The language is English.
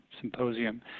Symposium